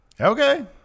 Okay